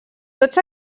tots